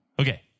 Okay